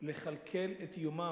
לכלכל את יומם.